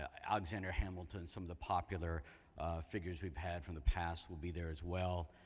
ah alexander hamilton some of the popular figures we've had from the past will be there as well